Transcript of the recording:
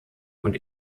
und